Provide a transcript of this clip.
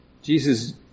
Jesus